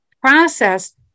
process